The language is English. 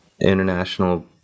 international